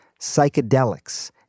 psychedelics